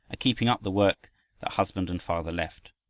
keeping up the work that husband and father left.